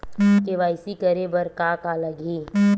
KYC करे बर का का लगही?